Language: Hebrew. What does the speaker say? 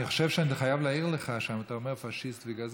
אני חושב שאני חייב להעיר לך כשאתה אומר "פאשיסט וגזען",